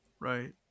Right